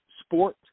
Sport